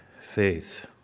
faith